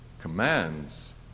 commands